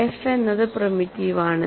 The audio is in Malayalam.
F എന്നത് പ്രിമിറ്റീവ് ആണ്